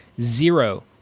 zero